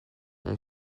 ont